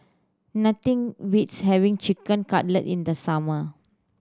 nothing beats having Chicken Cutlet in the summer